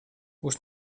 būs